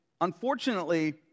unfortunately